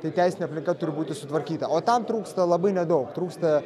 tai teisinė aplinka turi būti sutvarkyta o tam trūksta labai nedaug trūksta